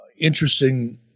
interesting